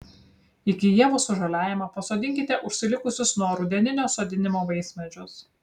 iki ievų sužaliavimo pasodinkite užsilikusius nuo rudeninio sodinimo vaismedžius